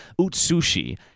Utsushi